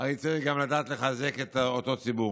הרי צריך גם לדעת לחזק את אותו ציבור.